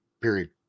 period